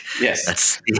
yes